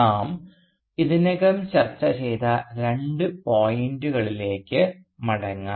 നാം ഇതിനകം ചർച്ച ചെയ്ത രണ്ട് പോയിന്റുകളിലേക്ക് മടങ്ങാം